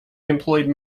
employed